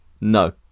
no